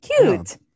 cute